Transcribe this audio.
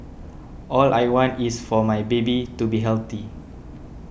all I want is for my baby to be healthy